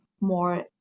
more